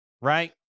Right